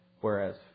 Whereas